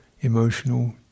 emotional